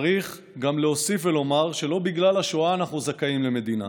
צריך גם להוסיף ולומר שלא בגלל השואה אנחנו זכאים למדינה